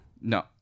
No